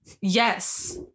yes